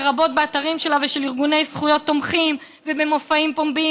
לרבות באתרים שלה ושל ארגוני זכויות תומכים ובמופעים פומביים.